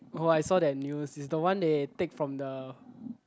oh I saw that news it's the one they take from the